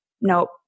nope